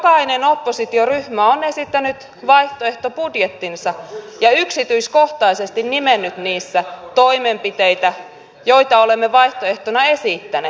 jokainen oppositioryhmä on esittänyt vaihtoehtobudjettinsa ja yksityiskohtaisesti nimennyt niissä toimenpiteitä joita olemme vaihtoehtona esittäneet